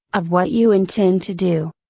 of what you intend to do.